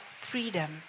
freedom